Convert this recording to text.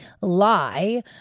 lie